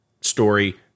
story